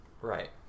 Right